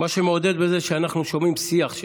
מה שמעודד בזה הוא שאנחנו שומעים שיח,